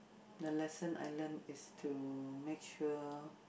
the lesson I learn is to make sure